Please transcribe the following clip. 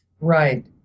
Right